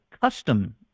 custom